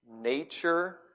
nature